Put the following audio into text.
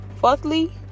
fourthly